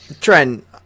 Trent